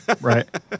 Right